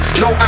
no